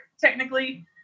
technically